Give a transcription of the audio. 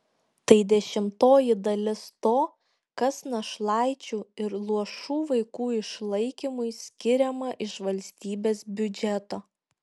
tai dešimtoji dalis to kas našlaičių ir luošų vaikų išlaikymui skiriama iš valstybės biudžeto